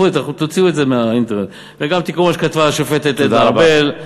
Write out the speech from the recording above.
תוציאו את זה מהאינטרנט וגם תקראו מה שכתבה השופטת עדנה ארבל,